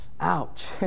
ouch